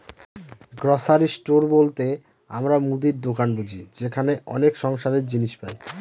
grocery store বলতে আমরা মুদির দোকান বুঝি যেখানে অনেক সংসারের জিনিস পাই